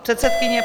Předsedkyně